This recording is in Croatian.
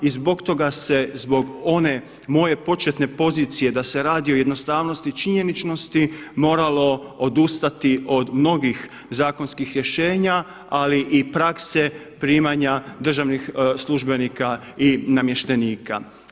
I zbog toga se zbog one moje početne pozicije da se radi o jednostavnosti činjeničnosti moralo odustati od mnogih zakonskih rješenja, ali i prakse primanja državnih službenika i namještenika.